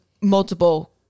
multiple